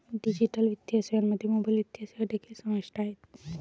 digital वित्तीय सेवांमध्ये mobile वित्तीय सेवा देखील समाविष्ट आहेत